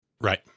Right